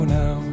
now